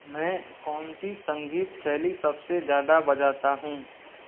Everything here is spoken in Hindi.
मैं कौन सी संगीत शैली सबसे ज़्यादा बजाता हूँ